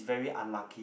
very unlucky